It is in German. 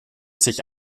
sich